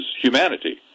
humanity